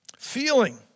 Feeling